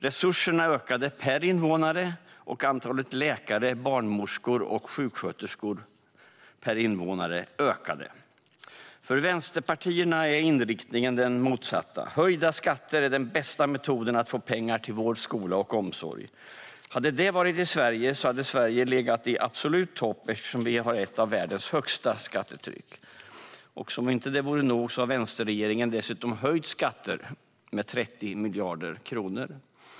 Resurserna ökade per invånare, och antalet läkare, barnmorskor och sjuksköterskor per invånare ökade. För vänsterpartierna är inriktningen den motsatta. Höjda skatter är den bästa metoden att få pengar till vård, skola och omsorg. Hade det varit rätt hade Sverige legat i absolut topp, eftersom vi har ett av världens högsta skattetryck. Som om det inte vore nog har vänsterregeringen dessutom höjt skatter med 30 miljarder kronor.